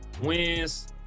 wins